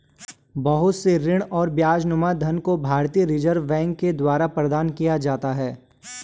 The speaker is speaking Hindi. बहुत से ऋण और ब्याजनुमा धन को भारतीय रिजर्ब बैंक के द्वारा प्रदत्त किया जाता है